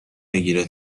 بگیره